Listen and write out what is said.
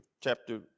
Chapter